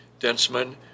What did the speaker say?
Densman